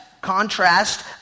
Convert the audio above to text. contrast